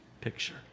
picture